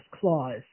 clause